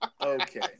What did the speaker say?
okay